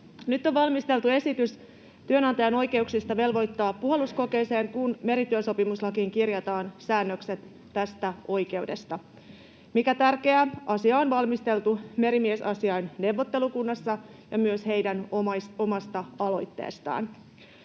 Nyt on valmisteltu esitys työnantajan oikeuksista velvoittaa puhalluskokeeseen, kun merityösopimuslakiin kirjataan säännökset tästä oikeudesta. Mikä tärkeää, asia on valmisteltu merimiesasiain neuvottelukunnassa ja myös heidän omasta aloitteestaan.